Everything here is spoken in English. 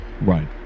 Right